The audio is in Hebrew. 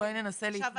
בואי ננסה להתמקד.